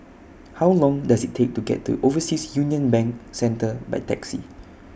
How Long Does IT Take to get to Overseas Union Bank Centre By Taxi